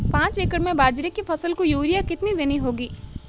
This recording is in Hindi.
पांच एकड़ में बाजरे की फसल को यूरिया कितनी देनी होगी?